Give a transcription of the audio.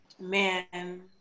man